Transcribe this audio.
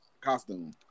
costume